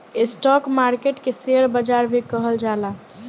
stock market के share बाजार भी कहल जाला